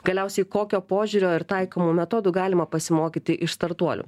galiausiai kokio požiūrio ir taikomų metodų galima pasimokyti iš startuolių